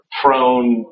prone